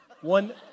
one